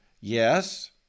Yes